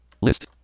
List